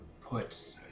put